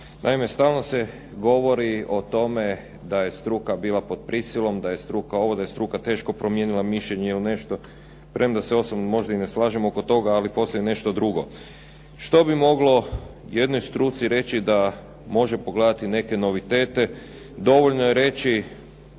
Naime stalno se govori o tome da je struka bila pod prisilom, da je struka ovo, da je struka teško promijenila mišljenje ili nešto, premda se osobno možda i ne slažem oko toga, ali postoji nešto drugo. Što bi moglo jednoj struci reći da može pogledati neke novitete, dovoljno je reći